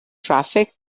traffic